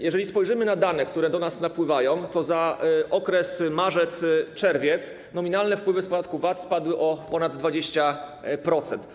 Jeżeli spojrzymy na dane, które do nas napływają, to zobaczymy, że za okres marzec-czerwiec nominalne wpływy z podatku VAT spadły o ponad 20%.